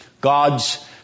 God's